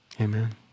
Amen